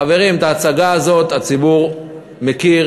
חברים, את ההצגה הזאת הציבור מכיר,